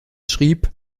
schrieb